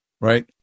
Right